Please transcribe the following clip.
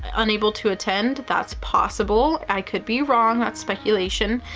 unable to attend. that's possible. i could be wrong. that's speculation.